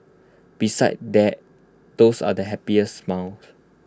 besides that those are the happiest smells